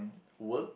work